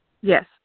Yes